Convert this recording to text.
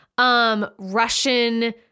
Russian